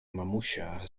mamusia